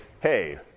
hey